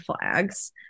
flags